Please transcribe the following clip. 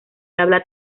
habla